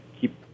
keep